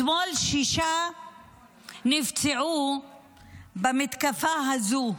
אתמול שישה נפצעו במתקפה הזו,